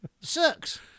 Sucks